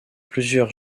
plusieurs